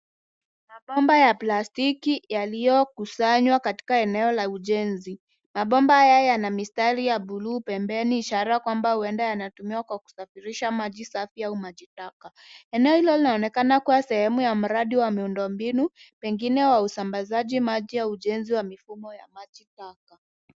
Mabomba ya plastiki yaliyokusanywa katika eneo la ujenzi. Mabomba haya yana mistari ya buluu pembeni ishara kwamba huenda yanatumiwa kwa kusafirisha maji safi au maji taka. Eneo hilo linaonekana kuwa sehemu ya mradi wa miundo mbinu pengine wa usambazaji maji au ujenzi wa mfumo ya maji taka.